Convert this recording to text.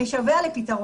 משווע לפתרון.